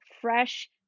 fresh